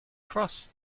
cross